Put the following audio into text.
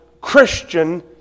Christian